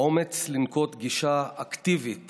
האומץ לנקוט גישה אקטיבית